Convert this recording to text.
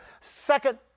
Second